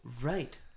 right